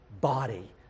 body